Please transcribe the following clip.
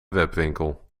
webwinkel